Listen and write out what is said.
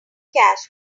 cash